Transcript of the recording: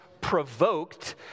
provoked